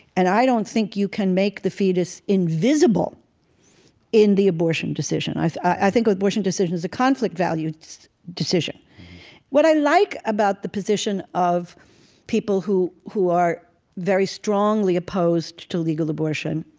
and i don't think you can make the fetus invisible in the abortion decision. i i think the abortion decision is a conflict value decision what i like about the position of people who who are very strongly opposed to legal abortion,